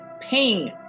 ping